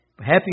Happy